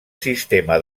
sistema